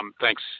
thanks